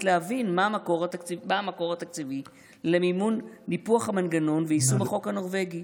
להבין מה המקור התקציבי למימון ניפוח המנגנון ויישום החוק הנורבגי.